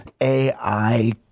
AI